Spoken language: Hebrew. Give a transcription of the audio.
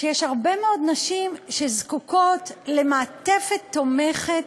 שיש הרבה מאוד נשים שזקוקות למעטפת תומכת,